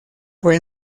fue